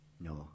No